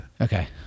Okay